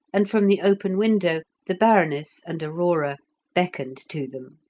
and from the open window the baroness and aurora beckoned to them.